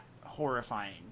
horrifying